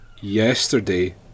yesterday